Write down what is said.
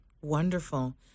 Wonderful